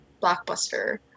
blockbuster